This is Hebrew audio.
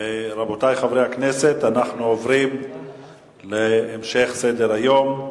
רבותי חברי הכנסת, אנחנו עוברים להמשך סדר-היום: